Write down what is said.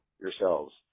yourselves